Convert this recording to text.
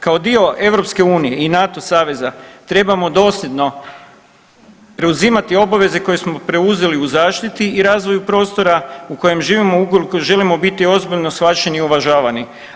Kao dio EU i NATO saveza trebamo dosljedno preuzimati obaveze koje smo preuzeli u zaštiti i razvoju prostora u kojem živimo ukoliko želimo biti ozbiljno shvaćeni i uvažavani.